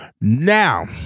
Now